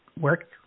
work